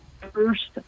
first